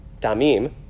damim